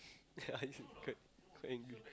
yeah they quite angry